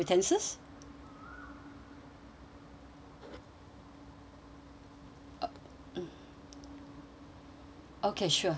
okay sure alright